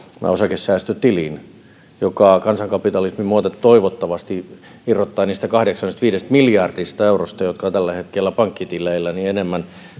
esimerkiksi osakesäästötilin joka kansankapitalismin myötä toivottavasti irrottaa niistä kahdeksastakymmenestäviidestä miljardista eurosta jotka ovat tällä hetkellä pankkitileillä enemmän